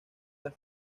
las